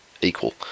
equal